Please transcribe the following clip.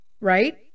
right